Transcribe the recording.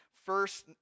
first